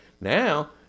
Now